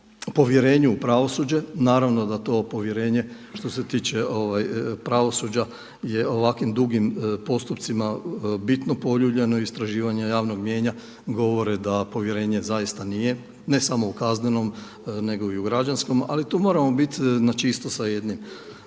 povjerenju u pravosuđe, naravno da to povjerenje što se tiče pravosuđa je ovako dugim postupcima bitno poljuljano, istraživanje javnog mijenja, govore da povjerenje zaista nije, ne samo u kaznenom nego i u građanskom ali tu moramo biti na čisto sa jednim